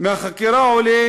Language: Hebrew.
"מהחקירה עולה